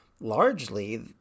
largely